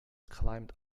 climbed